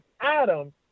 Adam